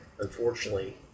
Unfortunately